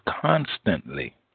constantly